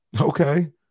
Okay